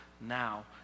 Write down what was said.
now